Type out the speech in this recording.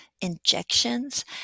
injections